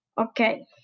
Okay